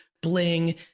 bling